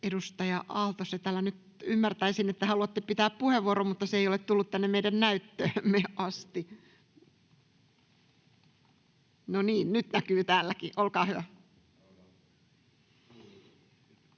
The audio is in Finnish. Edustaja Aalto-Setälä, ymmärtäisin, että haluatte pitää puheenvuoron, mutta se ei ole tullut tänne meidän näyttöömme asti. No niin, nyt näkyy täälläkin, olkaa hyvä.